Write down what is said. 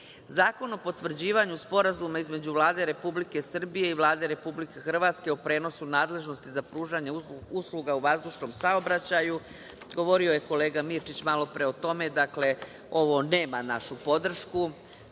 o potvrđivanju Sporazuma između Vlade Republike Srbije i Vlade Republike Hrvatske o prenosu nadležnosti za pružanje usluga u vazdušnom saobraćaju. Govorio je kolega Mirčić malopre o tome. Dakle, ovo nema našu podršku,